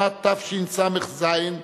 בשנת תשס"ז,